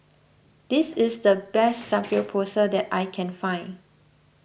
this is the best Samgeyopsal that I can find